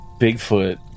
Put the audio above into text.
Bigfoot